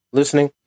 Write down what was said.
listening